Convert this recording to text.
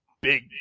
big